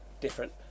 different